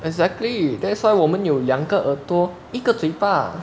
exactly that's why 我们有两个耳朵一个嘴巴